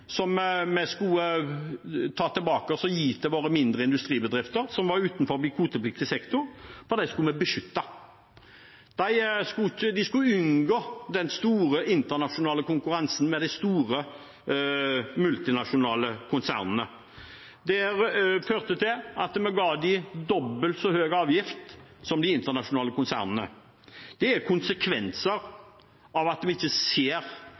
våre mindre industribedrifter som var utenfor kvotepliktig sektor, for dem skulle vi beskytte. De skulle unngå den store internasjonale konkurransen med de store multinasjonale konsernene. Det førte til at vi ga dem dobbelt så høy avgift som de internasjonale konsernene. Det er konsekvensen av at vi ikke ser